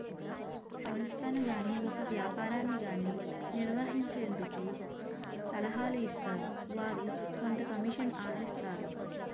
సంస్థను గాని ఒక వ్యాపారాన్ని గాని నిర్వహించేందుకు సలహాలు ఇస్తారు వారు కొంత కమిషన్ ఆశిస్తారు